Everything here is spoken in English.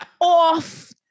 off